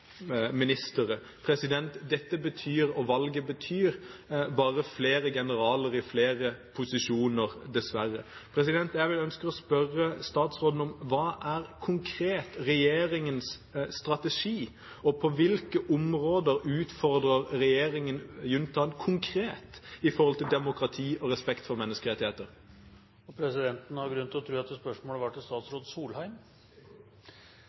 Valget betyr bare flere generaler i flere posisjoner, dessverre. Jeg ønsker å spørre statsråden hva som konkret er regjeringens strategi, og på hvilke områder regjeringen utfordrer juntaen konkret når det gjelder demokrati og respekt for menneskerettigheter? Presidenten har grunn til å tro at spørsmålet var til